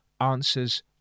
answers